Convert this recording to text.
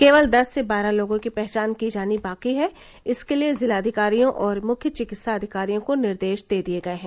केवल दस से बारह लोगों की पहचान की जानी बाकी है इसके लिए जिलाधिकारियों और मुख्य चिकित्सा अधिकारियों को निर्देश दे दिए गए हैं